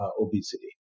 obesity